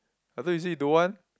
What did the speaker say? I thought you say you don't want